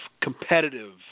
competitive